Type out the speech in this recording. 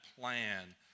plan